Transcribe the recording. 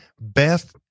Beth